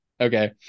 okay